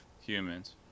humans